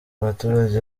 baturage